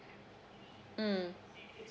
mm